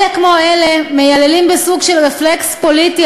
אלה כמו אלה מייללים בסוג של רפלקס פוליטי